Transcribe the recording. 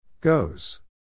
Goes